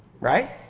Right